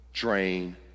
drain